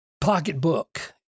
pocketbook